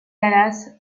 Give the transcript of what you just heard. dallas